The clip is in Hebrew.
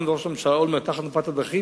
ועם ראש הממשלה אולמרט תחת מפת הדרכים,